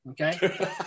Okay